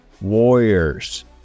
warriors